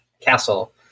castle